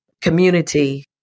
community